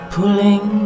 Pulling